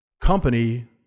company